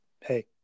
Hey